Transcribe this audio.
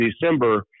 December